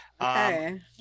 Okay